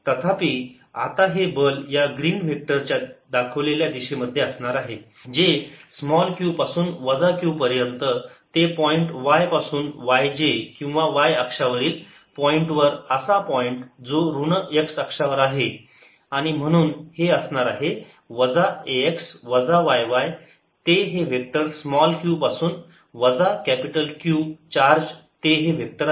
तथापि आता हे बल या ग्रीन वेक्टर च्या दाखवलेल्या दिशेमध्ये असणार आहे जे स्मॉल q पासून वजा Q पर्यंत ते पॉईंट y पासून yj किंवा y अक्षा वरील पॉईंटवर असा पॉईंट जो ऋण x अक्षावर आहे आणि म्हणून हे असणार आहे वजा ax वजा yy ते हे वेक्टर स्मॉल q पासून वजा कॅपिटल Q चार्ज ते हे वेक्टर आहे